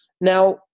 Now